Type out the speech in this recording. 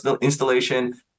installation